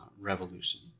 revolution